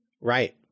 Right